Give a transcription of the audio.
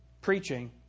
Preaching